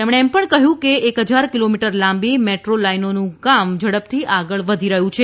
તેમણે એમ પણ જણાવ્યું કે એક હજાર કિલોમીટર લાંબી મેટ્રોલાઇનોનું કામ ઝડપથી આગળ વધી રહ્યું છે